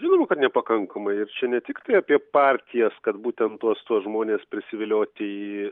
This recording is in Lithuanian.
žinoma kad nepakankamai ir čia ne tiktai apie partijas kad būtent tuos tuos žmones prisivilioti į